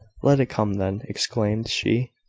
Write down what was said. let it come, then! exclaimed she.